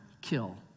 kill